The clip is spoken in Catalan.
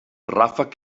ràfec